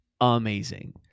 amazing